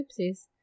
oopsies